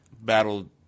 battled